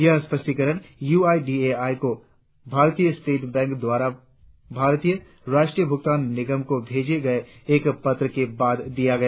यह स्पष्टीकरण यूआईडीएआई को भारतीय स्टेट बैंक द्वारा भारतीय राष्ट्रीय भुगतान निगम को भेजे गये एक पत्र के बाद दिया गया